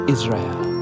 Israel